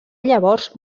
llavors